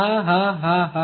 હા હા હા હા